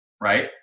Right